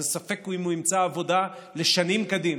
זה ספק אם הוא ימצא עבודה שנים קדימה.